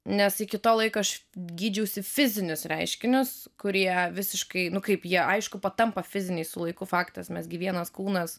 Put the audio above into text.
nes iki to laiko aš gydžiausi fizinius reiškinius kurie visiškai nu kaip jie aišku patampa fiziniai su laiku faktas mes gi vienas kūnas